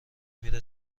میره